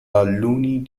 looney